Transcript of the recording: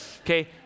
Okay